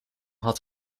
had